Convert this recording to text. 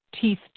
teeth